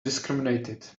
discriminated